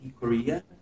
Korea